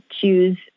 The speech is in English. choose